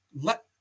let